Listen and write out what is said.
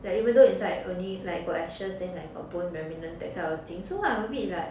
like even though inside only like got ashes then like a bone remains that kind of thing so I'm abit like